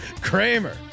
Kramer